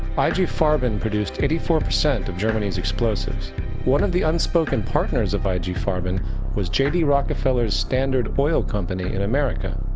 i g. farben produced eighty four percent of germany's explosives one of the unspoken partners of i g. farben was j d. rockefeller's standard oil company in america.